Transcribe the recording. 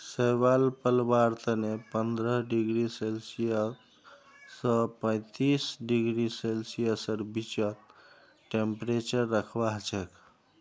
शैवाल पलवार तने पंद्रह डिग्री सेल्सियस स पैंतीस डिग्री सेल्सियसेर बीचत टेंपरेचर रखवा हछेक